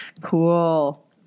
Cool